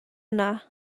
yna